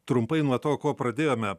trumpai nuo to ko pradėjome